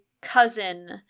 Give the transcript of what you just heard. cousin